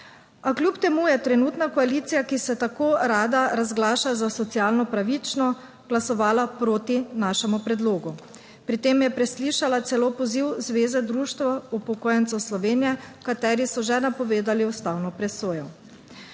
A kljub temu je trenutna koalicija, ki se tako rada razglaša za socialno pravično, glasovala proti našemu predlogu. Pri tem je preslišala celo poziv Zveze društev upokojencev Slovenije, v kateri so že napovedali ustavno presojo.